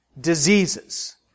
Diseases